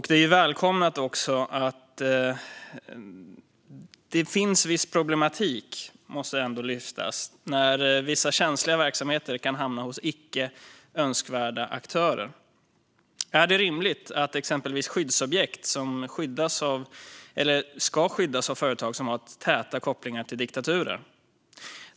Det måste ändå lyftas att det finns viss problematik när vissa känsliga verksamheter kan hamna hos icke önskvärda aktörer. Är det exempelvis rimligt att skyddsobjekt ska skyddas av företag som har täta kopplingar till diktaturer?